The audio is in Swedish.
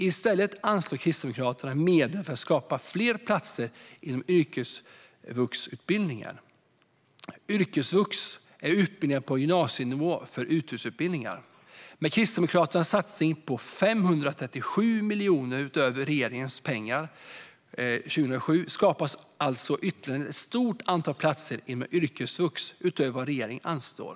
I stället anslår Kristdemokraterna medel för att skapa fler platser inom yrkesvuxutbildningar. Yrkesvux är utbildningar på gymnasienivå för en yrkesutbildning. Med Kristdemokraternas satsning på 537 miljoner utöver regeringens pengar 2017 skapas alltså ytterligare ett stort antal platser inom yrkesvux utöver vad regeringen anslår.